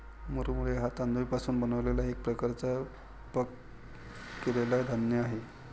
मुरमुरे हा तांदूळ पासून बनलेला एक प्रकारचा पफ केलेला धान्य आहे